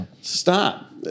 stop